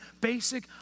basic